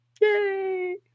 yay